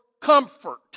comfort